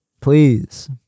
please